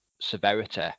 severity